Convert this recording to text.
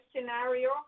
scenario